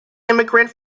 immigrant